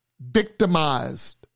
victimized